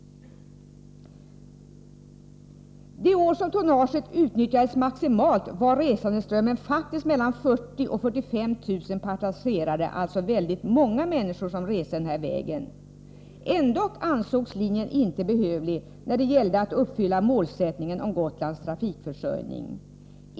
De år som tonnaget utnyttjades maximalt var resandeströmmen faktiskt mellan 40 000 och 45 000 passagerare. Det var alltså många människor som reste den här vägen. Ändå ansågs denna linje obehövlig när det gällde att uppfylla målsättningen om Gotlands trafikförsörjning.